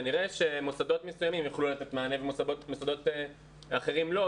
כנראה שמוסדות מסוימים יכולים לתת מענה ומוסדות אחרים לא,